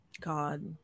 God